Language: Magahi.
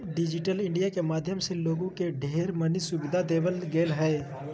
डिजिटल इन्डिया के माध्यम से लोगों के ढेर मनी सुविधा देवल गेलय ह